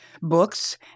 books